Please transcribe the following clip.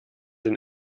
den